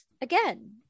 again